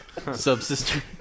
Subsister